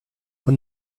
when